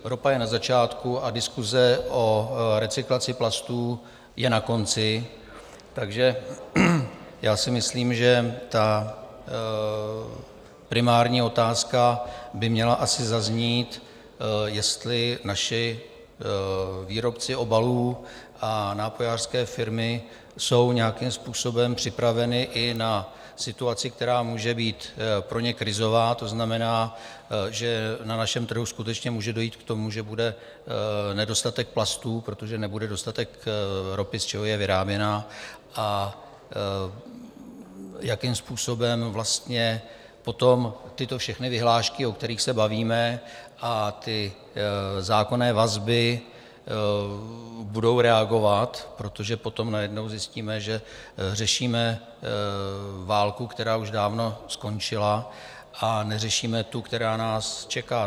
Ropa je na začátku a diskuse o recyklaci plastů je na konci, takže si myslím, že primární otázka by měla asi zaznít, jestli naši výrobci obalů a nápojářské firmy jsou nějakým způsobem připraveni i na situaci, která může být pro ně krizová, to znamená, že na našem trhu skutečně může dojít k tomu, že bude nedostatek plastů, protože nebude dostatek ropy, z čeho jsou vyráběné, a jakým způsobem vlastně potom tyto všechny vyhlášky, o kterých se bavíme, a zákonné vazby budou reagovat, protože potom najednou zjistíme, že řešíme válku, která už dálko skončila, a neřešíme tu, která nás čeká.